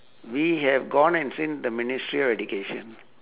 we have gone and seen the ministry of education